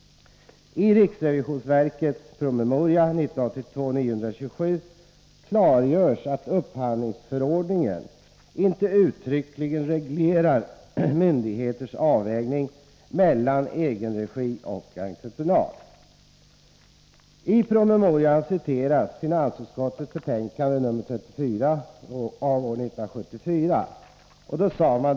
I riksrevisionsverkets promemoria 1982:927 klargörs att upphandlingsförordningen inte uttryckligen reglerar myndigheters avvägning mellan egenregi och entreprenad. I promemorian citeras finansutskottets betänkande 1974:34.